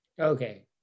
okay